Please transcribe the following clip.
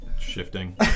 shifting